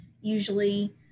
usually